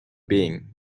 being